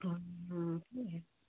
के